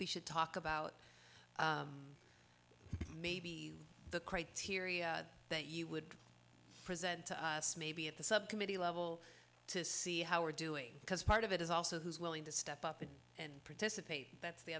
we should talk about maybe the criteria that you would present to us maybe at the subcommittee level to see how we're doing because part of it is also who's willing to step up and participate that's the